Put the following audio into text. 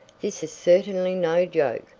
this is certainly no joke.